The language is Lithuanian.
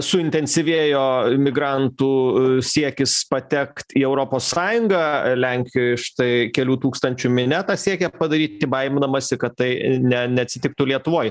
suintensyvėjo migrantų siekis patekt į europos sąjungą lenkijoj štai kelių tūkstančių minia siekia padaryti baiminamasi kad tai ne neatsitiktų lietuvoj